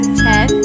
ten